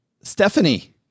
Stephanie